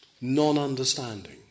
non-understanding